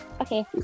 okay